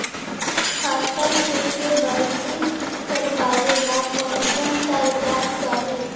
खाता के के.वाई.सी करावेला कौन कौन कागजात चाही?